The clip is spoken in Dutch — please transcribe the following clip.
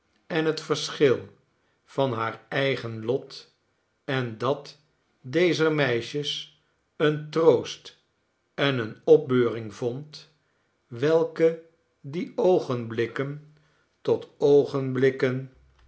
en het verschil van haar eigen lot en dat dezer meisjes een troost en eene opbeuring vond welke die oogenblikken tot oogenblikken